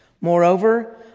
Moreover